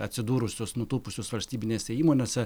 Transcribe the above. atsidūrusius nutūpusius valstybinėse įmonėse